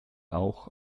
auch